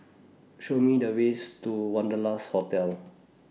Show Me The ways to Wanderlust Hotel